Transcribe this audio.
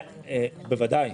בוודאי.